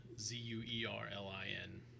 Z-U-E-R-L-I-N